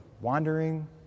wandering